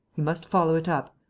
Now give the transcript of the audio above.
he must follow it up.